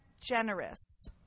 generous